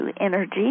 energy